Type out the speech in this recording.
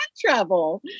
travel